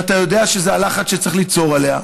כשאתה יודע שזה הלחץ שצריך ליצור עליה,